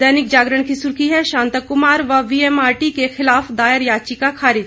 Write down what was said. दैनिक जागरण की सुर्खी है शांताक्मार व वीएमआरटी के खिलाफ दायर याचिका खारिज